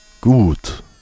Gut